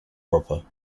proper